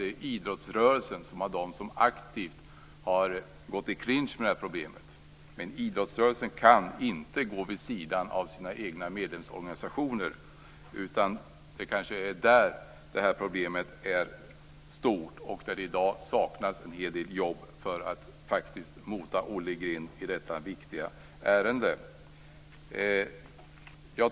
Det är ju idrottsrörelsen som aktivt har gått i clinch med problemet men idrottsrörelsen kan inte gå vid sidan av sina egna medlemsorganisationer. Det är kanske där som problemet är stort och det är kanske där som det i dag saknas en hel del arbete för att faktiskt mota Olle i grind i detta viktiga ärende.